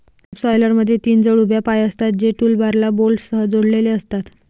सबसॉयलरमध्ये तीन जड उभ्या पाय असतात, जे टूलबारला बोल्टसह जोडलेले असतात